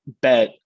bet